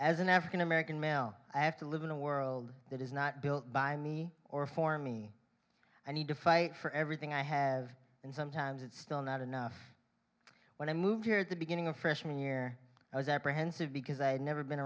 as an african american male i have to live in a world that is not built by me or for me i need to fight for everything i have and sometimes it's still not enough when i moved here at the beginning of freshman year i was apprehensive because i had never been